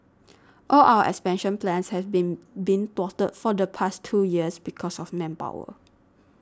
all our expansion plans have been been thwarted for the past two years because of manpower